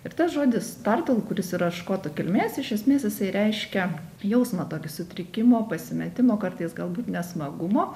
ir tas žodis tartl kuris yra škotų kilmės iš esmės jisai reiškia jausmą tokį sutrikimo pasimetimo kartais galbūt nesmagumo